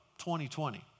2020